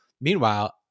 Meanwhile